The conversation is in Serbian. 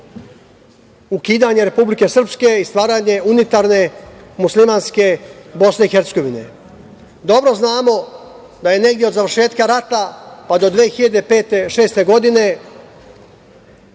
ukidanje Republike Srpske i stvaranje unitarne muslimanske BiH.Dobro znamo da je negde od završetka rata, pa do 2005, 2006. godine